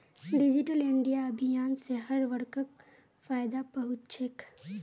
digital India अभियान स हर वर्गक फायदा पहुं च छेक